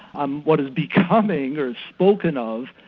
on what is becoming or spoken of,